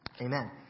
Amen